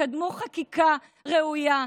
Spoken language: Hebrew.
תקדמו חקיקה ראויה,